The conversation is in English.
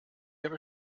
ever